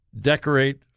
decorate